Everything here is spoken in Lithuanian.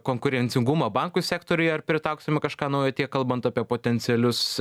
konkurencingumą bankų sektoriuje ar pritrauksime kažką naujo tiek kalbant apie potencialius